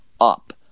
up